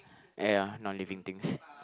!aiya! not living things